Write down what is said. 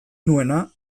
nuena